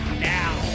now